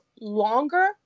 longer